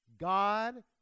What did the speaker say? God